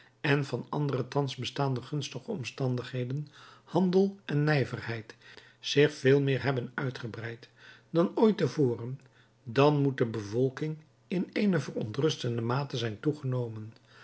en van andere thans bestaande gunstige omstandigheden handel en nijverheid zich veel meer hebben uitgebreid dan ooit te voren dan moet de bevolking in eene verontrustende mate zijn toegenomen